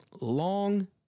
long